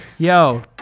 Yo